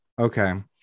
Okay